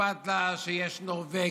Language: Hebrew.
שמרצ, לא אכפת לה שיש נורבגי